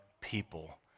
people